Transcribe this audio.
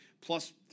plus